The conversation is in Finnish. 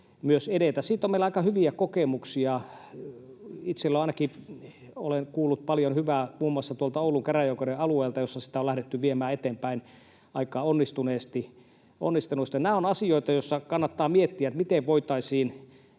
Siitä on meillä aika hyviä kokemuksia. Itse olen ainakin kuullut paljon hyvää muun muassa tuolta Oulun käräjäoikeuden alueelta, jossa sitä on lähdetty viemään eteenpäin aika onnistuneesti. Nämä ovat asioita, joissa kannattaa miettiä, miten voitaisiin